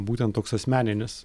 būtent toks asmeninis